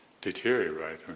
deteriorate